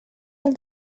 del